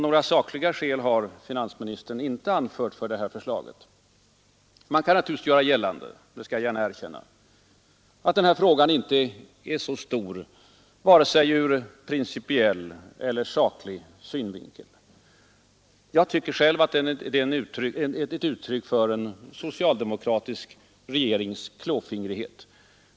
Några sakliga skäl har finansministern inte anfört för sitt förslag. Man kan naturligtvis göra gällande — det skall jag gärna erkänna — att frågan inte är så stor, vare sig ur principiell eller ur saklig synvinkel. Jag' tycker själv att den är ett uttryck för en socialdemokratisk regerings klåfingrighet.